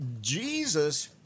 jesus